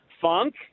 funk